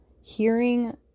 Hearing